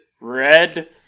red